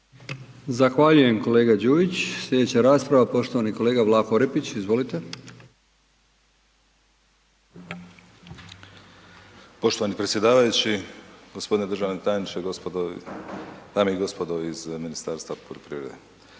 Zahvaljujem kolega Đujić. Slijedeća rasprava poštovani kolega Vlaho Orepić, izvolite. **Orepić, Vlaho (Nezavisni)** Poštovani predsjedavajući, gospodine državni tajniče, gospodo, dame i gospodo iz Ministarstva poljoprivrede,